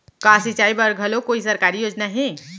का सिंचाई बर घलो कोई सरकारी योजना हे?